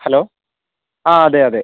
hello ആ അതെ അതെ